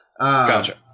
Gotcha